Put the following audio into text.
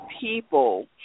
people